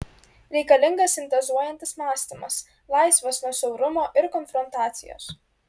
reikalingas sintezuojantis mąstymas laisvas nuo siaurumo ir konfrontacijos